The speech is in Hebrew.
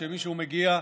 כשמישהו מגיע,